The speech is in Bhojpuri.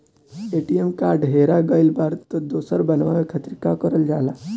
ए.टी.एम कार्ड हेरा गइल पर दोसर बनवावे खातिर का करल जाला?